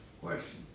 question